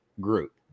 group